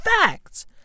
Facts